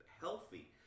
healthy